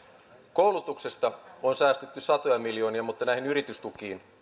koulutuksesta on säästetty satoja miljoonia mutta näihin yritystukiin